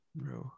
bro